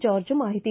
George ಮಾಹಿತಿ